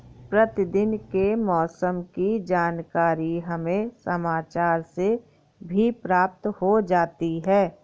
प्रतिदिन के मौसम की जानकारी हमें समाचार से भी प्राप्त हो जाती है